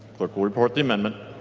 clerk will report the amendment.